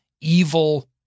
evil